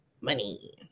money